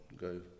go